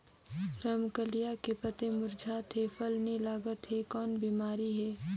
रमकलिया के पतई मुरझात हे फल नी लागत हे कौन बिमारी हे?